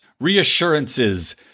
reassurances